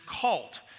cult